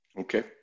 Okay